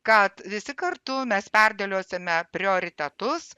kad visi kartu mes perdėliosime prioritetus